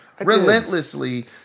relentlessly